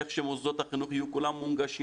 איך שמוסדות החינוך יהיו כולם מונגשים,